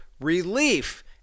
relief